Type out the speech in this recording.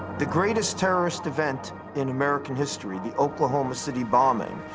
the greatest terrorist event in american history, the oklahoma city bombing,